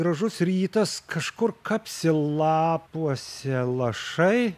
gražus rytas kažkur kapsi lapuose lašai